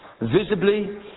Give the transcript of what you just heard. visibly